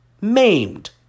maimed